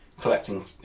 collecting